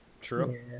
True